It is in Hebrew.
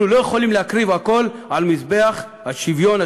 אנחנו לא יכולים להקריב הכול על מזבח השוויון,